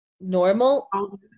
normal